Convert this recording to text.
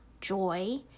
joy